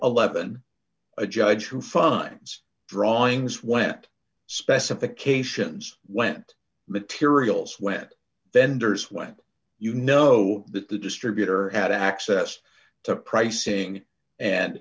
eleven a judge who finds drawings went specifications went materials went then there's when you know that the distributor had access to pricing and